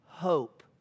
hope